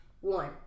one